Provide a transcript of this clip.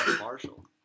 Marshall